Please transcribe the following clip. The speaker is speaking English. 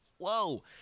whoa